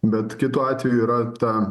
bet kitu atveju yra ta